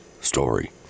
story